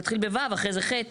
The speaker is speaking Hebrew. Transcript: נתחיל ב-(ו), ואחריו (ח).